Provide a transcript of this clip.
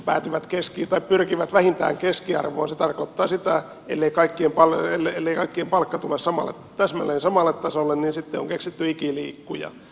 jos kaikki pyrkivät vähintään keskiarvoon se tarkoittaa sitä että ellei kaikkien palkka tule täsmälleen samalle tasolle niin sitten on keksitty ikiliikkuja